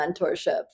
mentorship